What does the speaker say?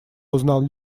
узнал